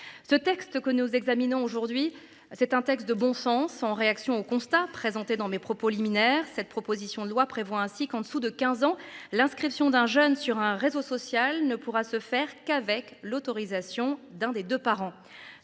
ce texte que nous examinons aujourd'hui c'est un texte de bon sens en réaction au constat présentés dans mes propos liminaire. Cette proposition de loi prévoit ainsi qu'en dessous de 15 ans, l'inscription d'un jeune sur un réseau social ne pourra se faire qu'avec l'autorisation d'un des 2 parents